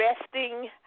resting